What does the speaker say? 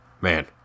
Man